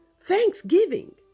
thanksgiving